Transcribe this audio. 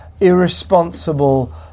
irresponsible